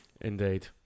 Indeed